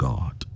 God